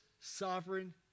sovereign